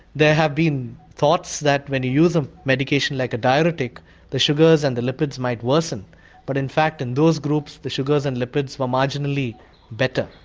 there have been thoughts that when you use a medication like a diuretic the sugars and the lipids might worsen but in fact in those groups the sugars and lipids were marginally better.